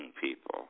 people